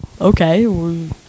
okay